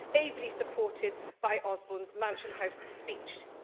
ably supported by osborne's mansion house speech.